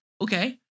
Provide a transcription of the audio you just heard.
Okay